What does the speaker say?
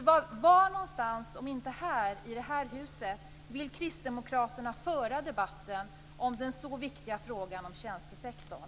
Var någonstans om inte i det här huset vill kristdemokraterna föra debatten om den så viktiga frågan om tjänstesektorn?